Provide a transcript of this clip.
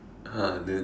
!huh! then